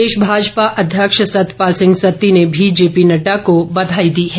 प्रदेश भाजपा अध्यक्ष सतपाल सिंह सत्ती ने भी जेपी नड्डा को बधाई दी है